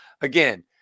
Again